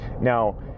Now